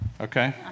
Okay